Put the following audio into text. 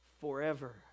forever